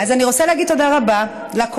אז אני רוצה להגיד תודה רבה לקואליציה,